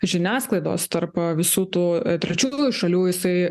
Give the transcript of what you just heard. žiniasklaidos tarp visų tų trečiųjų šalių jisai